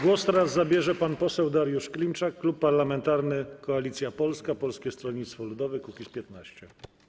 Głos teraz zabierze pan poseł Dariusz Klimczak, Klub Parlamentarny Koalicja Polska - Polskie Stronnictwo Ludowe - Kukiz15.